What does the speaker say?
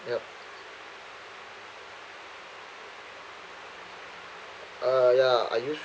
yup uh ya are you sure